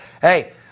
Hey